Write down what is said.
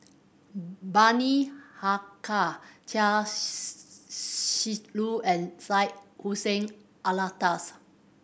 Bani Haykal Chia Shi Lu and Syed Hussein Alatas